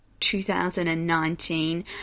2019